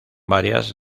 varias